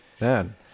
man